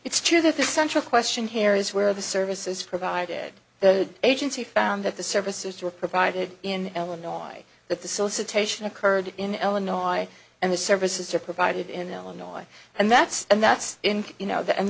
it's true that the central question here is where the services provided the agency found that the services were provided in eleanore by that the solicitation occurred in illinois and the services are provided in illinois and that's and that's in you know the and